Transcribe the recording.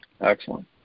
Excellent